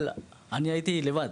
אבל אני הייתי לבד.